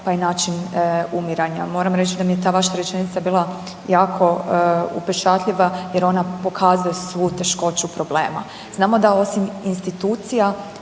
pa i način umiranja. Moram reći da mi je ta vaša rečenica bila jako upečatljiva jer ona pokazuje svu teškoću problema. Znamo da osim institucija